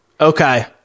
Okay